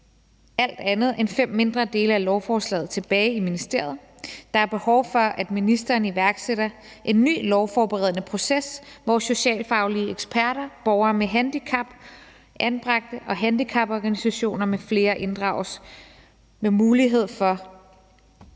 alt andet end fem mindre del af lovforslaget tilbage i ministeriet. Der er behov for, at ministeren iværksætter en ny lovforberedende proces, hvor socialfaglige eksperter, borgere med handicap, anbragte og handicaporganisationer med flere inddrages med mulighed for at drøfte